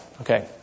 okay